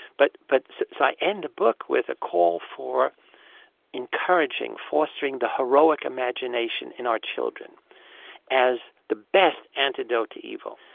but but so so i end the book with a call for encouraging, fostering the heroic imagination in our children as the best antidote to evil.